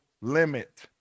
limit